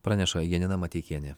praneša janina mateikienė